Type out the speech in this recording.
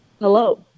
Hello